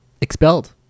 expelled